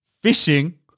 fishing